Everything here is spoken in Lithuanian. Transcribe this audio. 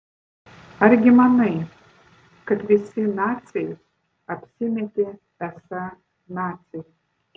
argi manai kad visi naciai apsimetė esą naciai